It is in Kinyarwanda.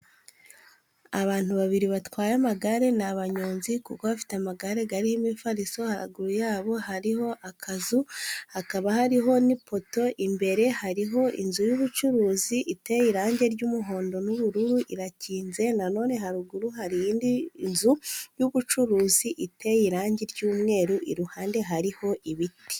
Abantu babiri batwaye amagare ni abanyonzi kuko bafite amagare gariho imifariso, haruguru yabo hariho akazu, hakaba hariho n'ipoto, imbere hariho inzu y'ubucuruzi iteye irangi ry'umuhondo n'ubururu irakinze, na none haruguru hari indi nzu y'ubucuruzi iteye irangi ry'umweru, iruhande hariho ibiti.